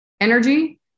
energy